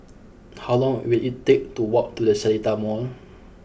how long will it take to walk to the Seletar Mall